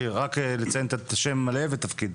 תודה.